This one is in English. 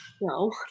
No